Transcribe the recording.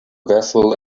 vessel